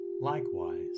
Likewise